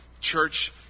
Church